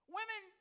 Women